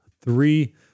three